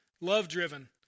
love-driven